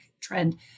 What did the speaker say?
trend